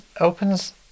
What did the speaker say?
opens